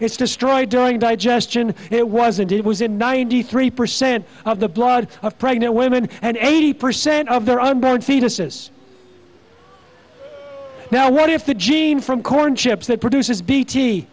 it's destroyed during digestion it wasn't it was it ninety three percent of the blood of pregnant women and eighty percent of their unborn fetuses now what if the gene from corn chips that produces b